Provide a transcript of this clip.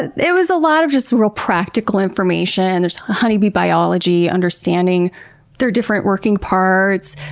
it was a lot of just real practical information. and there's honey bee biology, understanding their different working parts.